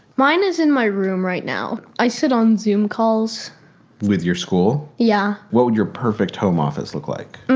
mine is in my room right now. i sit on xoom calls with your school. yeah. what would your perfect home office look like?